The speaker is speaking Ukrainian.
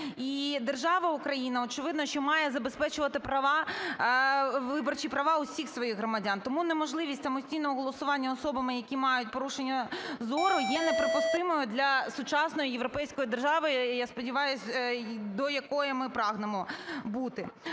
І держава Україна, очевидно, що має забезпечувати права, виборчі права, усіх своїх громадян. Тому неможливість самостійного голосування особами, які мають порушення зору, є неприпустимою для сучасної європейської держави, я сподіваюсь, до якої ми прагнемо бути.